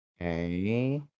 Okay